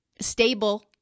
stable